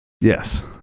Yes